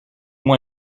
moi